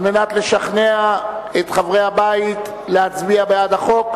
מנת לשכנע את חברי הבית להצביע בעדה.